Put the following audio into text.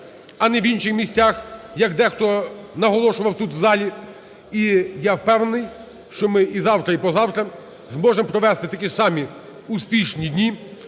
а не в інших місцях, як дехто наголошував тут у залі. І я впевнений, що ми і завтра, і позавтра зможемо провести такі самі успішні дні.